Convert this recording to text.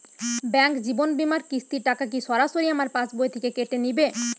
Bank জীবন বিমার কিস্তির টাকা কি সরাসরি আমার পাশ বই থেকে কেটে নিবে?